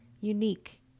unique